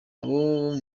abo